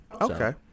Okay